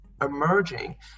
emerging